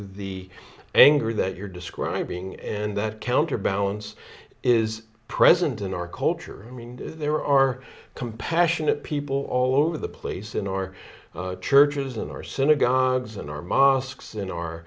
the anger that you're describing and that counterbalance is present in our culture i mean there are compassionate people all over the place in our churches and our synagogues and our mosques in our